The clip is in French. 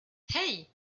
hey